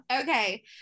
Okay